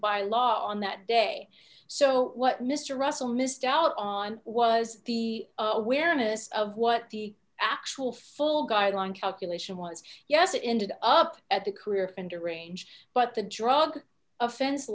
by law on that day so what mr russell missed out on was the awareness of what the actual full guideline calculation once yes it ended up at the career and a range but the drug offense